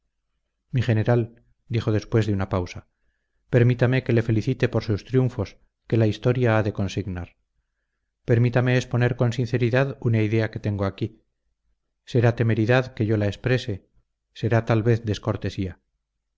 mi general dijo después de una pausa permítame que le felicite por sus triunfos que la historia ha de consignar permítame exponer con sinceridad una idea que tengo aquí será temeridad que yo la exprese será tal vez descortesía